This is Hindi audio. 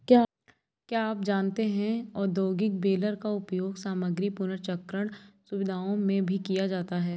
क्या आप जानते है औद्योगिक बेलर का उपयोग सामग्री पुनर्चक्रण सुविधाओं में भी किया जाता है?